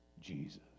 Jesus